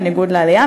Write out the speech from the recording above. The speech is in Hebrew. בניגוד לעלייה.